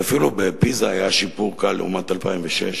ואפילו ב"פיזה" היה שיפור קל לעומת 2006,